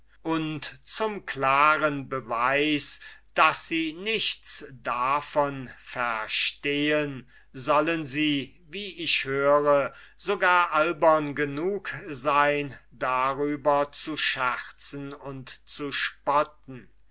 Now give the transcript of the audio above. und zum klaren beweis daß sie nichts davon verstehen sollen sie wie ich höre sogar albern genug sein darüber zu scherzen und zu spotten